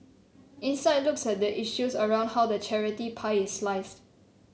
insight looks at the issues around how the charity pie is sliced